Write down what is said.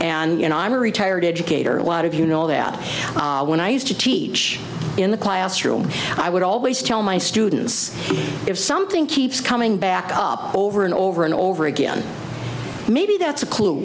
thousand for and i'm a retired educator a lot of you know that when i used to teach in the classroom i would always tell my students if something keeps coming back up over and over and over again maybe that's a clue